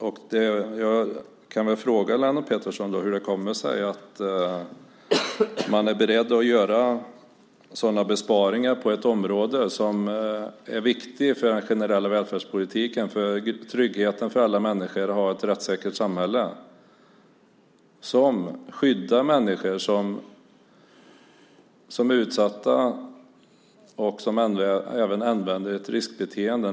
Jag kan då fråga Lennart Pettersson hur det kommer sig att man är beredd att göra besparingar på ett område som är viktigt för den generella välfärdspolitiken och för tryggheten för alla människor att ha ett rättssäkert samhälle, som skyddar människor som är utsatta och som även använder ett riskbeteende.